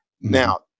Now